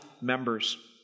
members